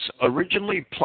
originally